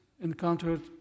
encountered